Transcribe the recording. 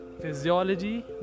Physiology